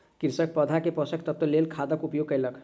कृषक पौधा के पोषक तत्वक लेल खादक उपयोग कयलक